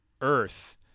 earth